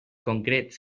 concrets